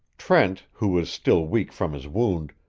trent, who was still weak from his wound,